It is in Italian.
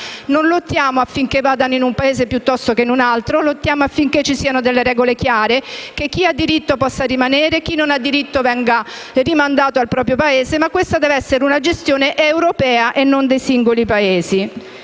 non lottiamo affinché vadano in un Paese piuttosto che in un altro, ma affinché ci siano regole chiare, affinché chi ha diritto possa rimanere e chi non ha diritto venga rimandato nel proprio Paese; questa però deve essere una gestione europea e non dei singoli Paesi.